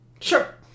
Sure